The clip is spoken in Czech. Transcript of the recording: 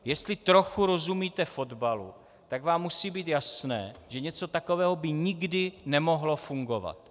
Jestli trochu rozumíte fotbalu, tak vám musí být jasné, že něco takového by nikdy nemohlo fungovat.